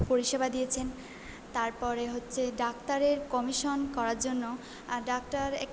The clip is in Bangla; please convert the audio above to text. পরিষেবা দিয়েছেন তারপরে হচ্ছে ডাক্তারের কমিশন করার জন্য ডাক্তার একটি